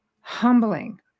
humbling